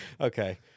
Okay